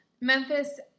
Memphis